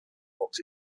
books